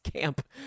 camp